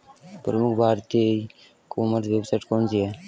प्रमुख भारतीय e commerce website कौन कौन सी हैं?